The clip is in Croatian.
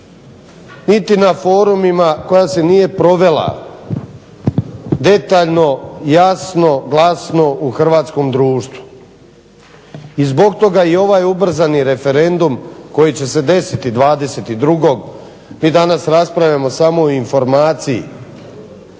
niti na forumima, koja se nije provela detaljno, jasno, glasno u hrvatskom društvu. I zbog toga i ovaj ubrzani referendum koji će se deseti 22. Mi danas raspravljamo samo o informaciji